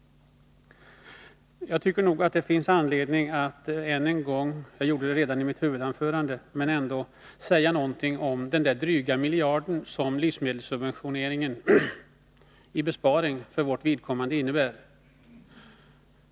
Jag tycker att det finns anledning att än en gång — jag gjorde det redan i mitt huvudanförande — säga någonting om den där dryga miljarden i besparing när det gäller livsmedelssubventioneringen som vårt förslag innebär.